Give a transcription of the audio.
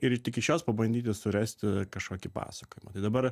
ir tik iš jos pabandyti suręsti kažkokį pasakojimą tai dabar